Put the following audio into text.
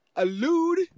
Allude